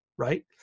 right